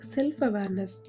Self-awareness